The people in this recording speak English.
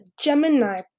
Gemini